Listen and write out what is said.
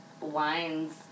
wines